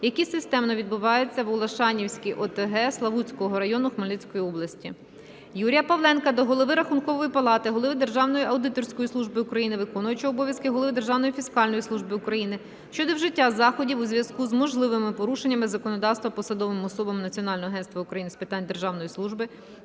які системно відбуваються в Улашанівській ОТГ Славутського району Хмельницької області. Юрія Павленка до голови Рахункової палати, голови Державної аудиторської служби України, виконуючого обов'язки голови Державної фіскальної служби України щодо вжиття заходів у зв'язку з можливими порушеннями законодавства посадовими особами Національного агентства України з питань державної служби,